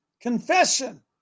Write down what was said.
Confession